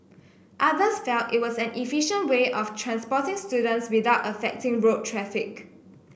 others felt it was an efficient way of transporting students without affecting road traffic